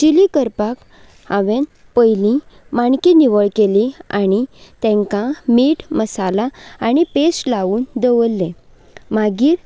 chilli करपाक हांवें पयलीं माणक्यो निवळ केल्यो आनी तांकां मीठ मसाला आनी पेस्ट लावन दवरलें मागीर